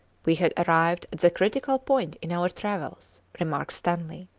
we had arrived at the critical point in our travels, remarks stanley.